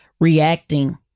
reacting